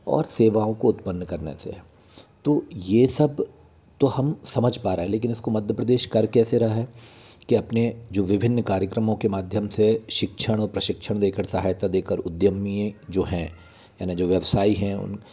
और सेवाओं को उत्पन्न करने से है तो ये सब तो हम समझ पा रहा हैं लेकिन इसकाे मध्य प्रदेश कर कैसे रहा है कि अपने जो विभिंन्न कार्यक्रमों के माध्यम से शिक्षण और प्रशिक्षण दे कर सहायता दे कर उद्यमीय जो हैं यानी जो व्यवसायी हैं